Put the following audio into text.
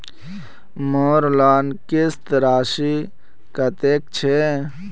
मोर लोन किस्त राशि कतेक छे?